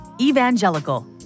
Evangelical